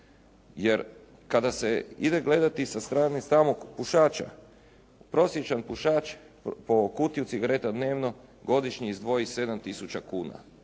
Jer, kada se ide gledati sa strane samog pušača, prosječan pušač po kutiju cigareta dnevno godišnje izdvoji 7